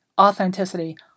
authenticity